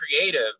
creative